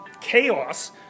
chaos